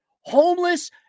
Homeless